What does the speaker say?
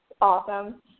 awesome